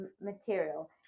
material